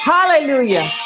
Hallelujah